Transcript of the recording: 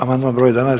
Amandman broj 11.